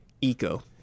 Eco